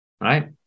right